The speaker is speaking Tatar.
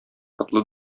потлы